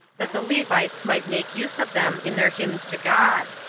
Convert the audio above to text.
that the levites might make use of them in their hymns to god.